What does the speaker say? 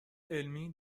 علمی